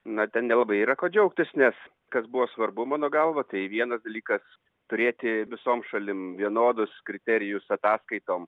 na ten nelabai yra ko džiaugtis nes kas buvo svarbu mano galva tai vienas dalykas turėti visom šalim vienodus kriterijus ataskaitom